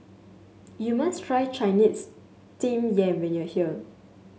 you must try Chinese Steamed Yam when you are here